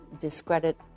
discredit